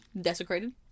desecrated